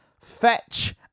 fetch